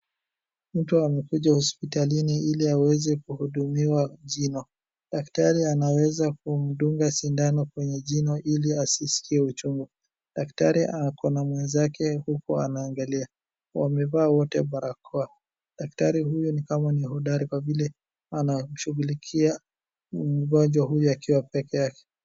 Mtu amekuja hospitalini ili aweze kuhudumiwa jino. Daktari anaweza kumdunga sindano kwenye jino ili asiskie uchungu. Daktari ako na mwenzake huku anaangalia. Wamevaa wote barakoa. daktari huyu ni kama ni hodari kwa vile anamshughulikia mgonjwa huyu akiwa peke yake.